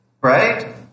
Right